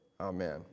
Amen